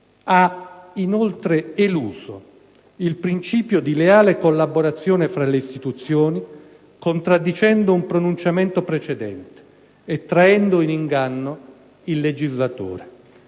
Ha inoltre eluso il principio di leale collaborazione fra le istituzioni, contraddicendo un pronunciamento precedente e traendo in inganno il legislatore